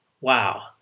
wow